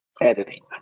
editing